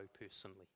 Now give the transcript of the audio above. personally